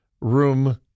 room